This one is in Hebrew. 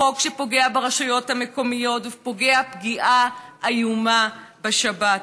זה חוק שפוגע ברשויות המקומיות ופוגע פגיעה איומה בשבת.